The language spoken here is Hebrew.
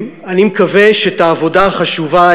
אני מקווה שאת העבודה החשובה,